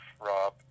Rob